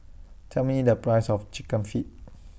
Tell Me The Price of Chicken Feet